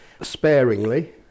sparingly